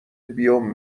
بیوم